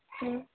ہاں